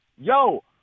Yo